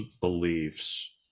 beliefs